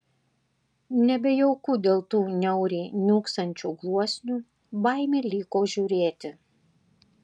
nebejauku dėl tų niauriai niūksančių gluosnių baimė liko žiūrėti